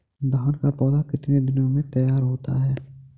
धान का पौधा कितने दिनों में तैयार होता है?